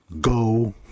go